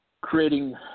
creating